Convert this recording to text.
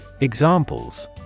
Examples